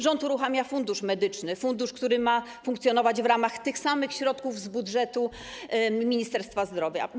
Rząd uruchamia Fundusz Medyczny, fundusz, który ma funkcjonować w ramach tych samych środków z budżetu Ministerstwa Zdrowia.